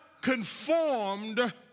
Conformed